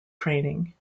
training